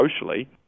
socially